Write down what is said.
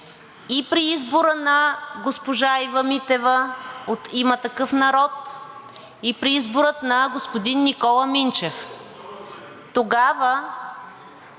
и при избора на госпожа Ива Митева от „Има такъв народ“, и при избора на господин Никола Минчев. Тогава